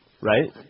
Right